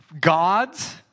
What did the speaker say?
God's